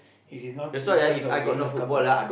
it is not in terms of winning a cup ah